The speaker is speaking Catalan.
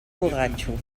borratxo